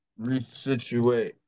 resituate